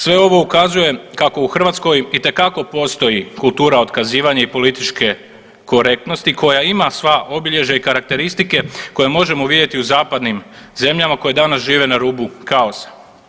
Sve ovo ukazuje kako u Hrvatskoj itekako postoji kultura otkazivanja i političke korektnosti koja ima sva obilježja i karakteristike koje možemo vidjeti u zapadnim zemljama koje danas žive na rubu kaosa.